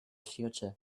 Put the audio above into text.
future